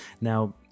Now